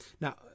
Now